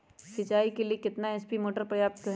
सिंचाई के लिए कितना एच.पी मोटर पर्याप्त है?